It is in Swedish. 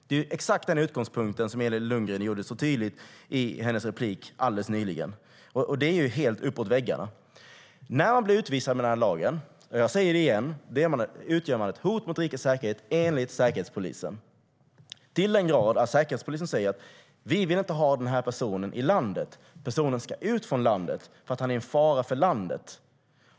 Det är exakt den utgångspunkten som Elin Lundgren gjorde så tydlig i sin replik, och det är helt uppåt väggarna. När en person blir utvisad med stöd av lagen - jag säger det igen - utgör denne ett hot mot rikets säkerhet, enligt Säkerhetspolisen, till den grad att Säkerhetspolisen säger att personen inte ska vistas i landet. Personen ska ut från landet därför att han är en fara för landet.